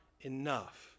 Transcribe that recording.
enough